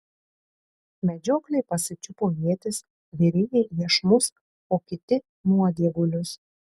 medžiokliai pasičiupo ietis virėjai iešmus o kiti nuodėgulius